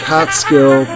Catskill